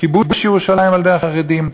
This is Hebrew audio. כיבוש ירושלים על-ידי החרדים.